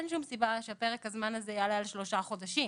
אין שום סיבה שפרק הזמן הזה יעלה על שלושה חודשים,